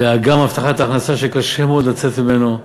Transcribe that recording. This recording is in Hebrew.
למעגל הבטחת הכנסה שקשה מאוד לצאת ממנו.